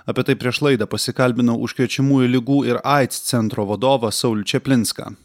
apie tai prieš laidą pasikalbinau užkrečiamųjų ligų ir aids centro vadovą saulių čaplinską